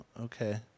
okay